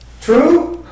True